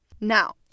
Now